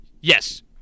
Yes